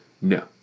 No